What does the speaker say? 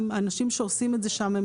האנשים שעושים את זה שם,